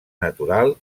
natural